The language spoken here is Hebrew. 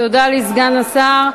תודה לסגן השר.